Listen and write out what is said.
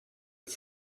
its